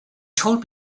told